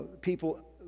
people